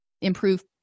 improve